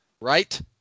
Right